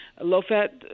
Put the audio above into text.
low-fat